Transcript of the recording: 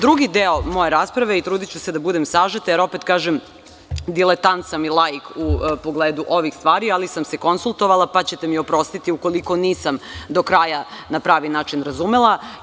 Drugi deo moje rasprave i trudiću se da budem sažeta jer, opet kažem diletant sam i laik u pogledu ovih stvari, ali sam se konsultovala, pa ćete mi oprostiti ukoliko nisam do kraja na pravi način razumela.